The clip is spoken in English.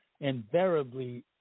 invariably